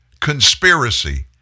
Conspiracy